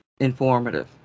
informative